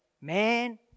Man